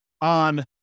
on